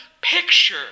picture